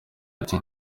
ati